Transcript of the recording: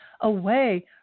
away